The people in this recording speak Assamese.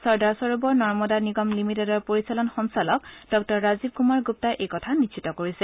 চৰ্দাৰ সৰোবৰ নৰ্মদা নিগম লিমিটেডৰ পৰিচালন সঞ্চালক ডঃ ৰাজীৱ কুমাৰ গুপ্তাই এই কথা নিশ্চিতি কৰিছে